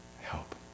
Help